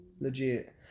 Legit